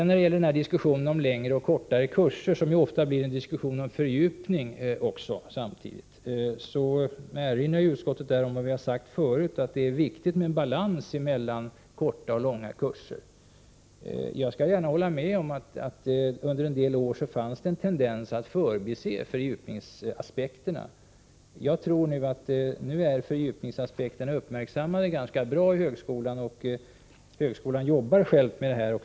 När det sedan gäller diskussionen om längre och kortare kurser — som samtidigt ofta blir en diskussion om fördjupning — erinrar utskottet om vad vi tidigare har anfört, nämligen att det är viktigt med en balans mellan korta och långa kurser. Jag skall gärna hålla med om att under en del år fanns en tendens att förbise fördjupningsaspekterna. Jag tror att de aspekterna nu är ganska väl uppmärksammade inom högskolan, som själv jobbar med dessa frågor.